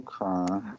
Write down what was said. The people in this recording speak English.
Okay